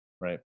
Right